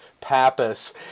Pappas